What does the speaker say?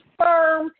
firm